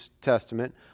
Testament